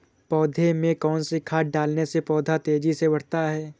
पौधे में कौन सी खाद डालने से पौधा तेजी से बढ़ता है?